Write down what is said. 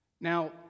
Now